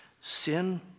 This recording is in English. Sin